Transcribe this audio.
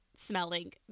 smelling